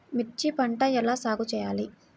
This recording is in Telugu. మిర్చి పంట ఎలా సాగు చేయాలి?